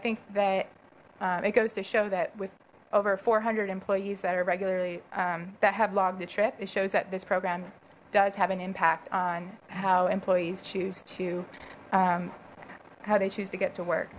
think that it goes to show that with over four hundred employees that are regularly that have logged the trip it shows that this program does have an impact on how employees choose to how they choose to get to work